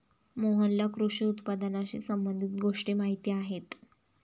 मोहनला कृषी उत्पादनाशी संबंधित गोष्टी माहीत आहेत